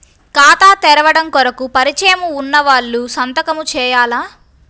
ఖాతా తెరవడం కొరకు పరిచయము వున్నవాళ్లు సంతకము చేయాలా?